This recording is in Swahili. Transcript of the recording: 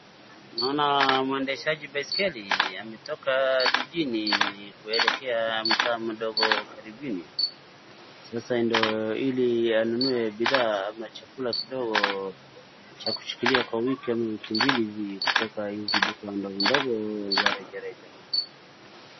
Naona mwendeshaji baiskeli ametoka jijini kuelekea mtaa mdogo karibuni. Sasa ndo ili anunue bidhaa ama chakula kidogo cha kushikilia kwa wiki ama wiki mbili hivi kutoka hizi duka ndogondogo la reja reja.